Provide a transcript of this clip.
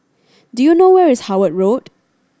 do you know where is Howard Road